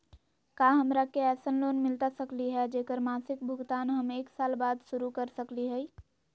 का हमरा के ऐसन लोन मिलता सकली है, जेकर मासिक भुगतान हम एक साल बाद शुरू कर सकली हई?